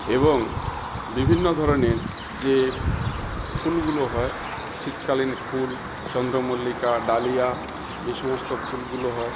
এবং বিভিন্ন ধরনের যে ফুলগুলো হয় শীতকালীন ফুল চন্দ্রমল্লিকা ডালিয়া এই সমস্ত ফুলগুলো হয়